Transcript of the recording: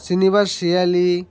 Srinivas Siali